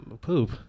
Poop